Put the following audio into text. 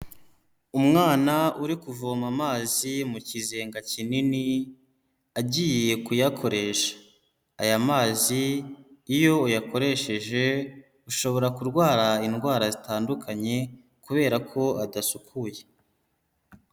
Umwana uri kuvoma amazi mu kizenga kinini agiye kuyakoresha, aya mazi iyo uyakoresheje ushobora kurwara indwara zitandukanye kubera ko adasukuye.